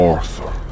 Arthur